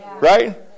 Right